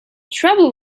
trouble